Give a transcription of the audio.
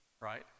right